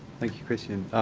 thank you, christian.